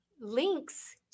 links